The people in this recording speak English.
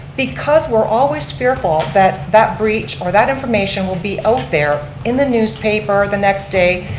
because we're always fearful that that breach or that information will be out there in the newspaper the next day.